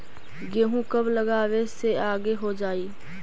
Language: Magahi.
गेहूं कब लगावे से आगे हो जाई?